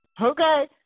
Okay